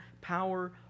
power